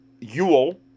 Yule